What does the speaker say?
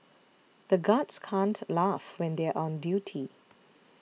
the guards can't laugh when they are on duty